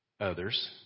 Others